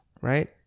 right